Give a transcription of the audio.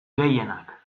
gehienak